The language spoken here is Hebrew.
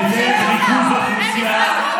מחבריי לקואליציה,